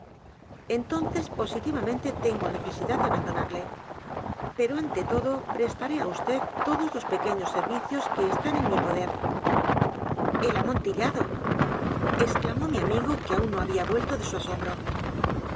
entonces positivamente tengo necesidad de abandonarle pero ante todo prestaré á vd todos los pequeños servicios que están en mi poder el amontillado exclamó mi amigo que aun no había vuelto de su asombro